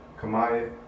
Kamaya